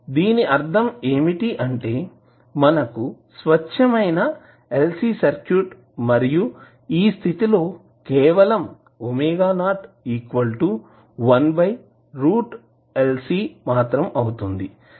దీని అర్ధం ఏమిటి అంటే మనకు స్వచ్ఛమైన LC సర్క్యూట్ మరియు ఈ స్థితి లో కేవలం ⍵0 1√LC అవుతుంది